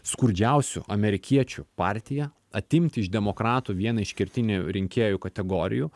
skurdžiausių amerikiečių partija atimti iš demokratų vieną iš kertinių rinkėjų kategorijų